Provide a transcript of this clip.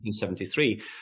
1973